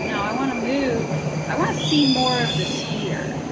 now i want to move i want to see more of the skier.